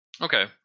Okay